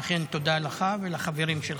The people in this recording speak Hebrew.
ולכן, תודה לך ולחברים שלך.